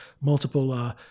multiple